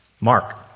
Mark